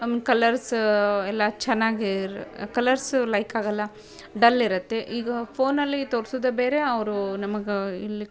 ಕಲರ್ಸ ಎಲ್ಲ ಚೆನ್ನಾಗಿ ಇರ್ ಕಲರ್ಸು ಲೈಕ್ ಆಗಲ್ಲ ಡಲ್ ಇರುತ್ತೆ ಈಗ ಫೋನಲ್ಲಿ ತೋರ್ಸೋದೇ ಬೇರೆ ಅವರು ನಮಗೆ ಇಲ್ಲಿ